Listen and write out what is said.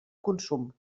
consum